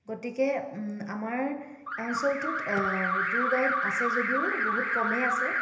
গতিকে আমাৰ অঞ্চলটোত টুৰ গাইড আছে যদিও বহুত কমেই আছে